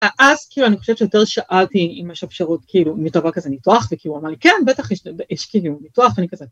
אז כאילו אני חושבת שיותר שאלתי אם יש אפשרות כאילו יש דבר כזה ניתוח וכאילו אמר לי כן בטח יש כאילו ניתוח ואני כזה